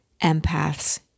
empaths